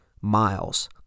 miles